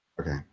Okay